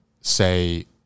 say